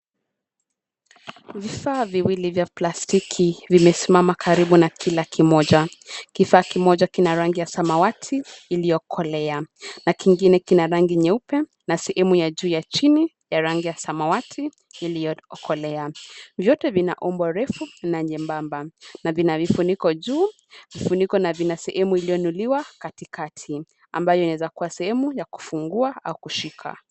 Vifaa viwili vya plastiki vimesimama karibu na kila kimoja. Kifaa kimoja kina rangi ya samawati iliyokolea, nakingine kina rangi nyeupe na sehemu ya juu ya chini ya rangi ya samawati iliyo okolea. Vyote vina umbo refu na nyembamba na vina vifuniko juu vifunika na vina sehemu iliyoinuliwa katikati, ambayo inaweza kuwa sehemu ya kufungua au kushika.